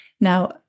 Now